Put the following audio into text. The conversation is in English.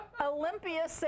Olympia